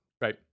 right